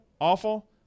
awful